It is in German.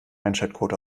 einschaltquote